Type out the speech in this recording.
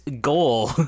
goal